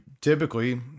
typically